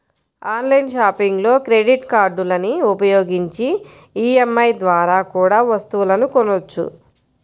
online షాపింగ్లో credit కార్డులని ఉపయోగించి ఈ.ఎం.ఐ ద్వారా కూడా వస్తువులను కొనొచ్చు